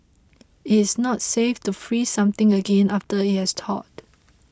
it's not safe to freeze something again after it has thawed